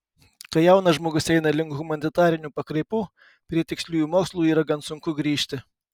kai jaunas žmogus eina link humanitarių pakraipų prie tiksliųjų mokslų yra gan sunku grįžti